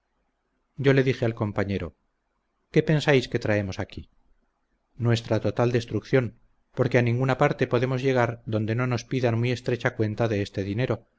yo le dije al compañero qué pensáis que traemos aquí nuestra total destrucción porque a ninguna parte podemos llegar donde no nos pidan muy estrecha cuenta de este dinero